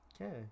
okay